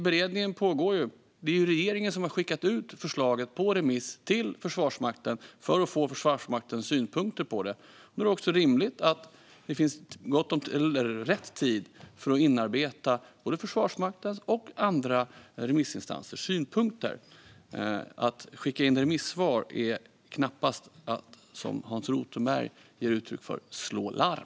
Beredning pågår, och det är ju regeringen som har skickat ut förslaget på remiss till Försvarsmakten för att få Försvarsmaktens synpunkter på det. Då är det rimligt att det finns rätt tid för att inarbeta både Försvarsmaktens och andra remissinstansers synpunkter. Att skicka in remissvar är knappast att, som Hans Rothenberg ger uttryck för, slå larm.